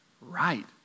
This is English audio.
right